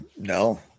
No